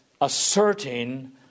asserting